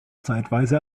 zeitweise